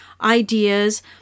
ideas